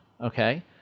okay